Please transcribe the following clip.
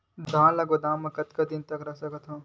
धान ल गोदाम म कतेक दिन रख सकथव?